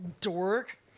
Dork